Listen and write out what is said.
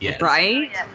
Right